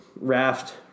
raft